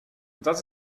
das